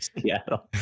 Seattle